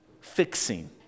fixing